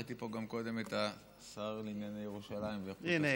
וראיתי פה קודם גם את השר לענייני ירושלים ואיכות הסביבה,